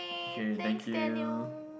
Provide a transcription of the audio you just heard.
okay thank you